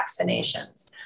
vaccinations